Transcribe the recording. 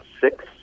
six